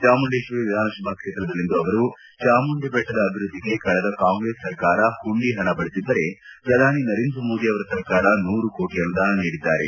ಚಾಮುಂಡೇಶ್ವರಿ ವಿಧಾನಸಭಾ ಕ್ಷೇತ್ರದಲ್ಲಿಂದು ಅವರು ಚಾಮುಂಡಿ ಬೆಟ್ಟದ ಅಭಿವೃದ್ಧಿಗೆ ಕಳೆದ ಕಾಂಗ್ರೆಸ್ ಸರ್ಕಾರ ಮಂಡಿ ಪಣ ಬಳಸಿದ್ದರೆ ಪ್ರಧಾನಿ ನರೇಂದ್ರ ಮೋದಿ ಅವರ ಸರ್ಕಾರ ನೂರು ಕೋಟಿ ಅನುದಾನ ನೀಡಿದ್ದಾರೆ